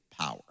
power